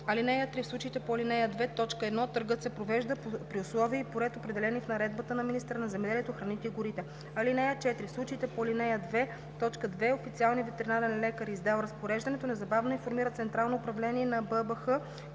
клане. (3) В случаите по ал. 2, т. 1 търгът се провежда при условия и по ред, определени в наредба на министъра на земеделието, храните и горите. (4) В случаите по ал. 2, т. 2 официалният ветеринарен лекар, издал разпореждането, незабавно информира Централното управление на БАБХ,